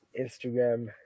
Instagram